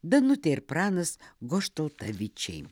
danutė ir pranas goštautavičiai